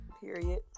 Period